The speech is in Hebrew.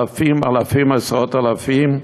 אלפים, אלפים, עשרות-אלפים.